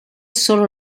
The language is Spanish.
sólo